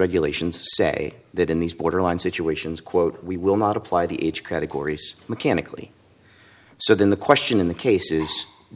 regulations say that in these borderline situations quote we will not apply the age categories mechanically so then the question in the case is